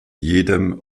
jedem